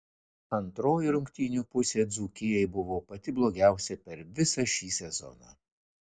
antroji rungtynių pusė dzūkijai buvo pati blogiausia per visą šį sezoną